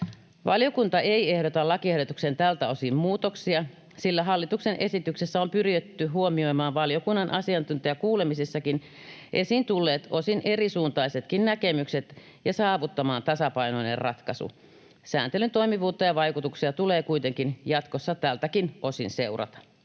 Valiokunta ei ehdota lakiehdotukseen tältä osin muutoksia, sillä hallituksen esityksessä on pyritty huomioimaan valiokunnan asiantuntijakuulemisessakin esiin tulleet, osin erisuuntaisetkin näkemykset ja saavuttamaan tasapainoinen ratkaisu. Sääntelyn toimivuutta ja vaikutuksia tulee kuitenkin jatkossa tältäkin osin seurata.